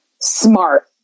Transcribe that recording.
smart